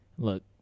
Look